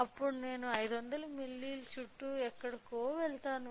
అప్పుడు నేను 500 మిల్లీ చుట్టూ ఎక్కడో వెళ్తాను